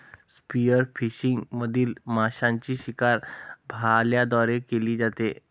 spearfishing मधील माशांची शिकार भाल्यांद्वारे केली जाते